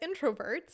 introverts